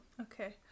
Okay